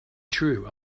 true